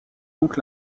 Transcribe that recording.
donc